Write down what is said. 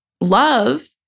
love